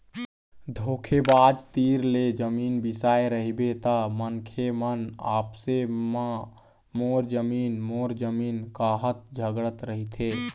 धोखेबाज तीर ले जमीन बिसाए रहिबे त मनखे मन आपसे म मोर जमीन मोर जमीन काहत झगड़त रहिथे